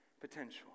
potential